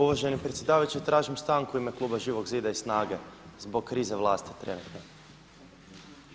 Uvaženi predsjedavajući tražim stanku u ime kluba Živog zida i SNAGA-e zbog krize vlasti trenutne.